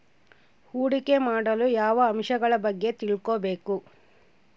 ಹೂಡಿಕೆ ಮಾಡಲು ಯಾವ ಅಂಶಗಳ ಬಗ್ಗೆ ತಿಳ್ಕೊಬೇಕು?